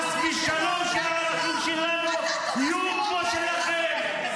חס ושלום שהערכים שלנו יהיו כמו שלכם.